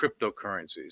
cryptocurrencies